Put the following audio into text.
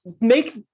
make